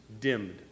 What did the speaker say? dimmed